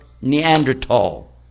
Neanderthal